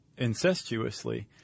incestuously